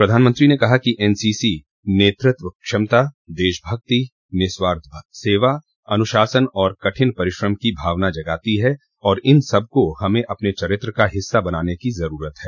प्रधानमंत्री ने कहा कि एनसीसी नेतृत्व क्षमता देशभक्ति निस्वार्थ सेवा अनुशासन और कठिन परिश्रम की भावना जगाती है और इनें सबको हमें अपने चरित्र का हिस्सा बनाने की जरूरत है